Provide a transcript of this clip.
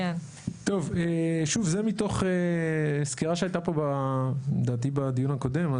זה מתוך סקירה שהייתה פה לדעתי בדיון הקודם.